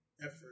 effort